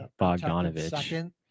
Bogdanovich